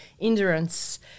endurance